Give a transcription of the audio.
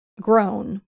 grown